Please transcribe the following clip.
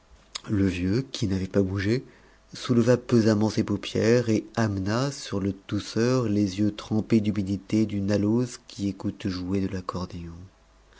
le vieux qui n'avait pas bougé souleva pesamment ses paupières et amena sur le tousseur les yeux trempés d'humidité d'une alose qui écoute jouer de l'accordéon